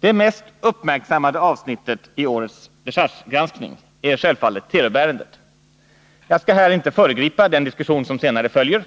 Det mest uppmärksammade avsnittet i årets dechargebetänkande är självfallet Telub-ärendet. Jag skall inte föregripa den diskussion som senare följer,